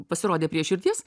pasirodė prie širdies